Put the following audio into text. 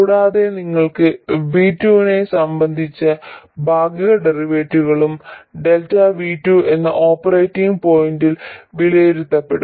കൂടാതെ നിങ്ങൾക്ക് V2 നെ സംബന്ധിച്ച ഭാഗിക ഡെറിവേറ്റീവും Δ V2 എന്ന ഓപ്പറേറ്റിംഗ് പോയിന്റിൽ വിലയിരുത്തപ്പെടും